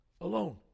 Alone